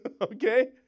okay